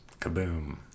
Kaboom